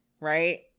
right